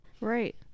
right